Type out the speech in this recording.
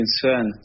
concern